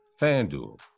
FanDuel